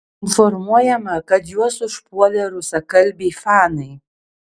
informuojama kad juos užpuolė rusakalbiai fanai